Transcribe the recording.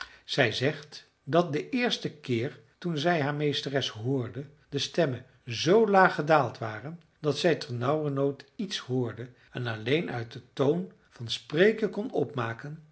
zij zegt dat den eersten keer toen zij haar meesteres hoorde de stemmen zoo laag gedaald waren dat zij ternauwernood iets hoorde en alleen uit den toon van spreken kon opmaken